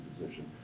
position